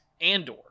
Andor